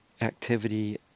activity